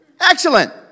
Excellent